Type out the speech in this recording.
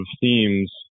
themes